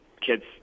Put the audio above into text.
kids